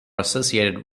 associated